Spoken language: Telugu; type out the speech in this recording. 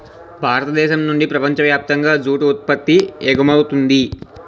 భారతదేశం నుండి ప్రపంచ వ్యాప్తంగా జూటు ఉత్పత్తి ఎగుమవుతుంది